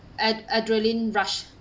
an adrenaline rush